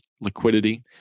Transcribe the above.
liquidity